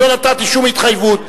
לא נתתי שום התחייבות.